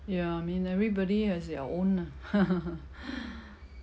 ya I mean everybody has their own ah